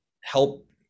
help